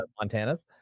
Montana's